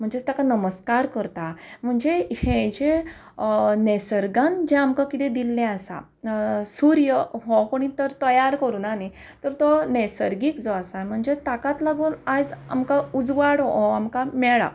म्हणजेच ताका नमस्कार करता म्हणजे हें जें नैसर्गान जें आमकां कितें दिल्लें आसा सूर्य हो कोणेंच तर तयार करुना न्ही तर तो नैसर्गीक जो आसा म्हणजे ताकाच लागून आयज आमकां उजवाड हो आमकां मेळ्ळा